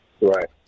Right